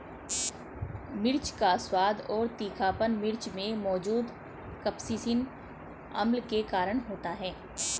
मिर्च का स्वाद और तीखापन मिर्च में मौजूद कप्सिसिन अम्ल के कारण होता है